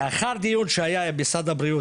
לאחר דיון שהיה עם משרד הבריאות,